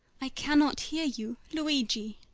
i cannot hear you, luigi!